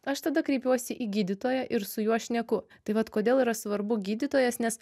aš tada kreipiuosi į gydytoją ir su juo šneku tai vat kodėl yra svarbu gydytojas nes